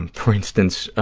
and for instance,